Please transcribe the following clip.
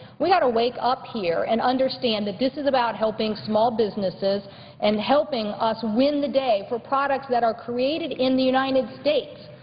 we ought to wake up here and understand that this is about helping small businesses and helping us win the day for products that are created in the united states.